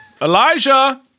Elijah